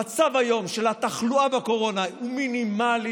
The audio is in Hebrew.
המצב של התחלואה בקורונה היום הוא מינימלי.